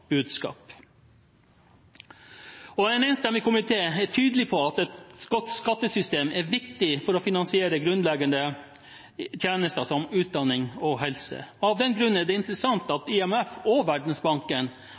En enstemmig komité er tydelig på at et godt skattesystem er viktig for å finansiere grunnleggende tjenester som utdanning og helse. Av den grunn er det interessant